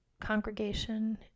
congregation